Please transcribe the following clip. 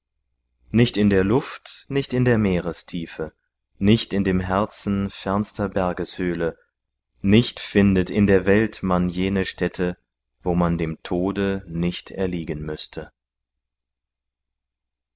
nicht in der luft nicht in der meerestiefe nicht in dem herzen fernster bergeshöhle nicht findet in der welt man jene stätte wo man dem tode nicht erliegen müßte